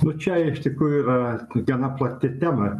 nu čia iš tikrųjų yra gana plati tema